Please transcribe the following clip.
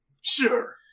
Sure